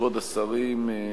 כבוד השרים,